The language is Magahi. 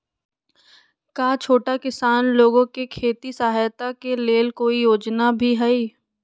का छोटा किसान लोग के खेती सहायता के लेंल कोई योजना भी हई?